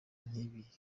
ntibindeba